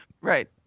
Right